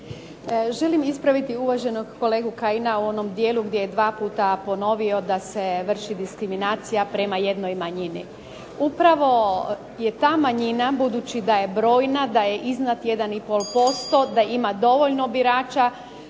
Želim ispraviti uvaženog kolegu Kajina u onom dijelu gdje je dva puta ponovio da se vrši diskriminacija prema jednoj manjini. Upravo je ta manjina, budući da je brojna, da je iznad jedan i pol posto, da ima dovoljno birača